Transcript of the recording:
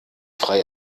frei